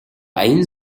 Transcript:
аян